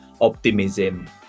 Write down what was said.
optimism